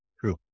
True